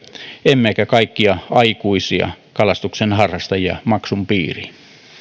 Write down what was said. emmekä kaikkia aikuisia kalastuksen harrastajia maksun piiriin